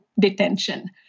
detention